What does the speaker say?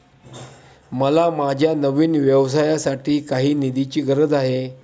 मला माझ्या नवीन व्यवसायासाठी काही निधीची गरज आहे